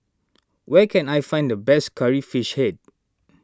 where can I find the best Curry Fish Head